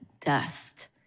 dust